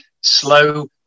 slow